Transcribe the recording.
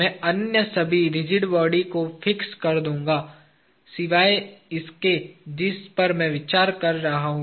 मैं अन्य सभी रिजिड बॉडी को फिक्स कर दूंगा सिवाय इसके जिस पर मैं विचार कर रहा हूं